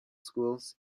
schools